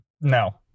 No